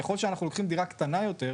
ככל שאנחנו לוקחים דירה קטנה יותר,